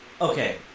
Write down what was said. Okay